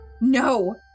No